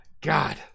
God